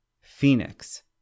Phoenix